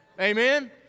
Amen